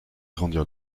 grandir